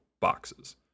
boxes